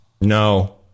no